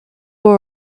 all